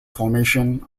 formation